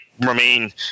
remain